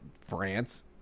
France